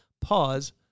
pause